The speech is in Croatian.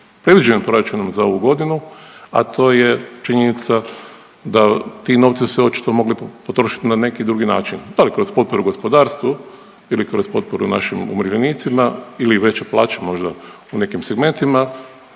predviđene proračunom za ovu godinu, a to je činjenica da ti novci su se očito mogli potrošit na neki drugi način, da li kroz potporu gospodarstvu ili kroz potporu našim umirovljenicima ili veću plaću možda u nekim segmentima,